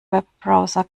webbrowser